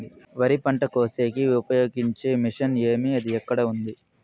వరి పంట కోసేకి ఉపయోగించే మిషన్ ఏమి అది ఎక్కడ ఉంది?